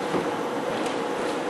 צודק.